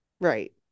Right